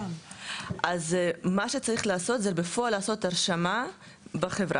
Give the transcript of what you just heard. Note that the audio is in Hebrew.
אז מה שצריך לעשות זה בפועל לעשות הרשמה בחברה,